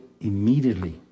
immediately